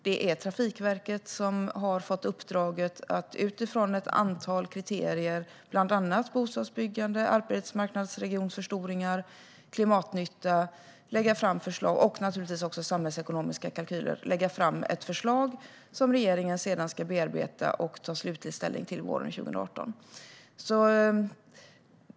Det är Trafikverket som har fått uppdraget att utifrån ett antal kriterier, bland annat bostadsbyggande, arbetsmarknadsregionförstoringar, klimatnytta och naturligtvis också samhällsekonomiska kalkyler, lägga fram ett förslag som regeringen sedan ska bearbeta och ta slutlig ställning till våren 2018.